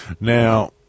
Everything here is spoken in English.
now